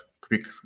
quick